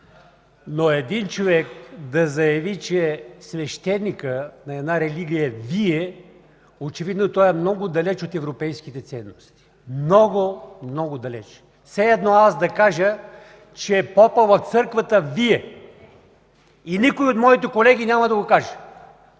но един човек да заяви, че свещеникът на една религия вие, очевидно той е много далеч от европейските ценности. Много, много далеч. Все едно аз да кажа, че попът в църквата вие! И никой от моите колеги няма да го каже.